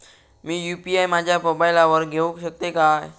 मी UPI माझ्या मोबाईलावर घेवक शकतय काय?